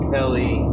Kelly